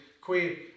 Queen